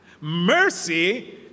mercy